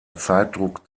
zeitdruck